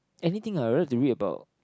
anything I will like to read about